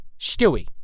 Stewie